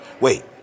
Wait